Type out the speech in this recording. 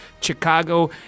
chicago